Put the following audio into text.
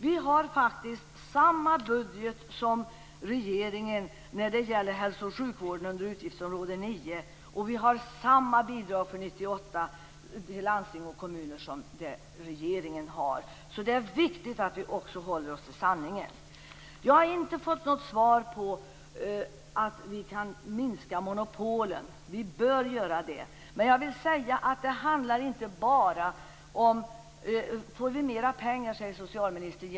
Vi har faktiskt samma budget som regeringen när det gäller hälso och sjukvården under utgiftsområde 9, och vi har samma bidrag för 1998 till landsting och kommuner som regeringen har. Det är viktigt att man håller oss till sanningen. Jag har inte fått någon kommentar till detta att man bör minska monopolen. Får vi mera pengar genom voucher? undrade socialministern.